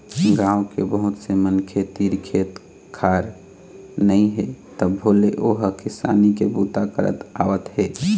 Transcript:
गाँव के बहुत से मनखे तीर खेत खार नइ हे तभो ले ओ ह किसानी के बूता करत आवत हे